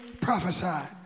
prophesied